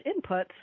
inputs